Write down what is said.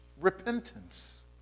repentance